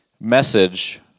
message